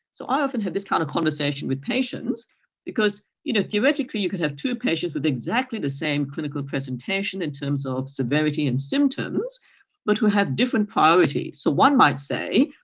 so i often have this kind of conversation with patients because you know theoretically you could have two patients with exactly the same clinical presentation in terms of severity and symptoms but who have different priorities. so one might say,